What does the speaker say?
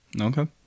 Okay